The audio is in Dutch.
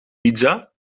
pizza